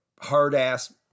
hard-ass